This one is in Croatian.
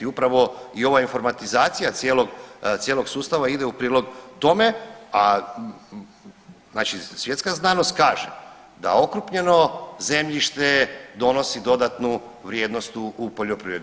Upravo i ova informatizacija cijelog sustava ide u prilog tome, a znači svjetska znanost kaže, da okrupnjeno zemljište donosi dodatnu vrijednost u poljoprivredi.